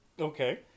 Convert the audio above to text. Okay